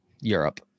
Europe